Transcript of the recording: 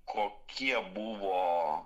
kokie buvo